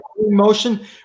motion